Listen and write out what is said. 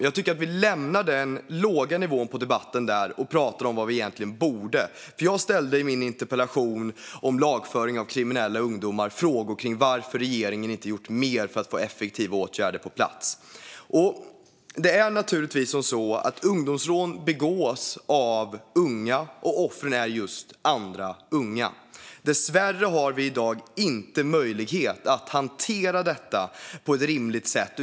Jag tycker dock att vi lämnar den låga nivån på debatten där och pratar om vad vi egentligen borde. Jag ställde i min interpellation om lagföring av kriminella ungdomar frågor kring varför regeringen inte har gjort mer för att få effektiva åtgärder på plats. Ungdomsrån begås naturligtvis av unga, och offren är just andra unga. Dessvärre har vi i dag inte möjlighet att hantera detta på ett rimligt sätt.